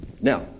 Now